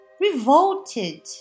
revolted